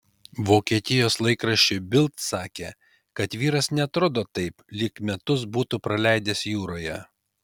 vokietijos laikraščiui bild sakė kad vyras neatrodo taip lyg metus būtų praleidęs jūroje